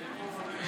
בוא נראה.